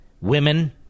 women